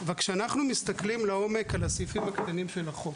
בכך שהוא פתח תכנית הסבת אקדמאיים באחד מבתי הספר.